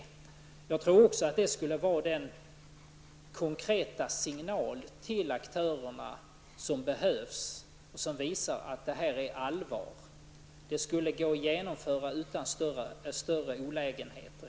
Också jag tror att detta skulle vara den konkreta signal till aktörerna som behövs och som visar att detta är allvar. Det skulle gå att genomföra utan större olägenheter.